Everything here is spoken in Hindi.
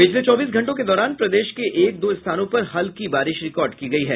पिछले चौबीस घंटों के दौरान प्रदेश के एक दो स्थानों पर हल्की बारिश रिकॉर्ड की गयी है